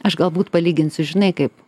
aš galbūt palyginsiu žinai kaip